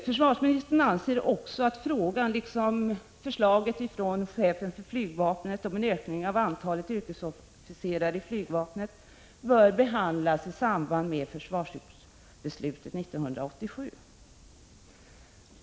Försvarsministern anser vidare att frågan — liksom förslaget från chefen för flygvapnet om en ökning av antalet yrkesofficerare i flygvapnet — bör behandlas i samband med försvarsbeslutet 1987.